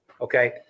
Okay